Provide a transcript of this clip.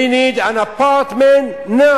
We need an apartment now.